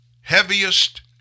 heaviest